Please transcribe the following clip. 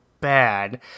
bad